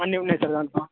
అన్నీ ఉన్నాయి సార్